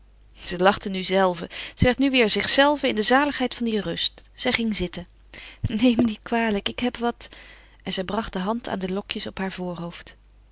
ze lachte nu zelve zij werd nu weêr zichzelve in de zaligheid van die rust zij ging zitten neem me niet kwalijk ik heb wat en ze bracht de hand aan de lokjes op haar voorhoofd